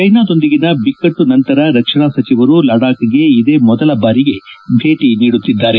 ಜೈನಾದೊಂದಿಗಿನ ಬಿಕ್ಕಟ್ಸು ನಂತರ ರಕ್ಷಣಾ ಸಚಿವರು ಲಡಾಖ್ಗೆ ಇದೇ ಮೊದಲ ಬಾರಿಗೆ ಭೇಟಿ ನೀಡುತ್ತಿದ್ದಾರೆ